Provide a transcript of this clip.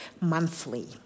monthly